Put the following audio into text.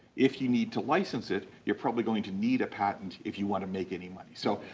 if you need to license it, you're probably going to need a patent if you wanna make any money. so,